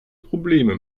probleme